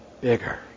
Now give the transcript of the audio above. bigger